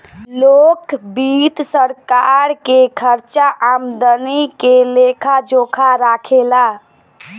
लोक वित्त सरकार के खर्चा आमदनी के लेखा जोखा राखे ला